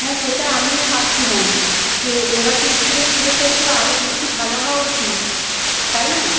হ্যাঁ সেটা আমিও ভাবছিলাম যে এবার তো স্কুলের পুজোতে একটু আরো বেশী ভালো হওয়া উচিৎ তাই না